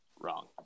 wrong